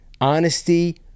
Honesty